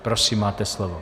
Prosím, máte slovo.